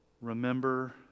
remember